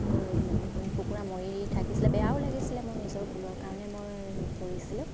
কুকুৰা মৰি থাকিছিলে বেয়াও লাগিছিলে মোৰ নিজৰ ভুলৰ কাৰণে মই কৰিছিলোঁ